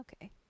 Okay